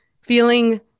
feeling